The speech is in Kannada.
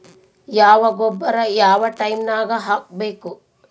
ಯಾವ ಗೊಬ್ಬರ ಯಾವ ಟೈಮ್ ನಾಗ ಹಾಕಬೇಕು?